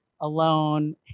alone